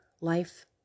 life